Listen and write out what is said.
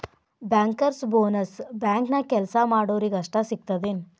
Bankers bonus ಬ್ಯಾಂಕ್ನ್ಯಾಗ್ ಕೆಲ್ಸಾ ಮಾಡೊರಿಗಷ್ಟ ಸಿಗ್ತದೇನ್?